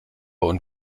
und